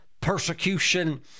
persecution